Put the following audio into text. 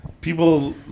People